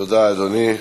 תודה, אדוני.